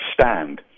stand